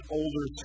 older